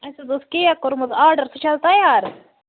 اَسہِ حظ اوس کیک کوٚرمُت آرڈَر سُہ چھِ حظ تیار